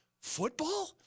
football